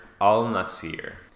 al-nasir